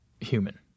human